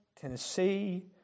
Tennessee